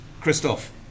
Christoph